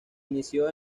inició